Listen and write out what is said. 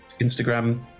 Instagram